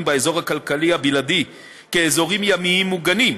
באזור הכלכלי הבלעדי כאזורים ימיים מוגנים,